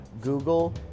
Google